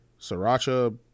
sriracha